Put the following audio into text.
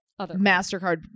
MasterCard